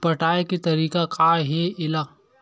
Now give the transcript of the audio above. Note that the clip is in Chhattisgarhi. पटाय के तरीका का हे एला?